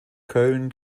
köln